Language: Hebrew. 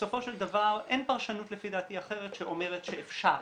בסופו של דבר אין פרשנות לפי דעתי אחרת שאומרת שאפשר,